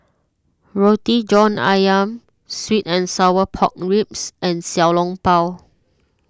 Roti John Ayam Sweet and Sour Pork Ribs and Xiao Long Bao